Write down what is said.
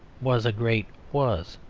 was a great was.